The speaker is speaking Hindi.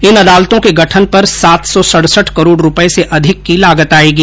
इन अदालतों के गठन पर सात सौ सड़सठ करोड़ रूपए से अधिक की लागत आएगी